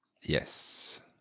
Yes